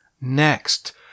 Next